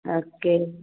okay